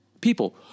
People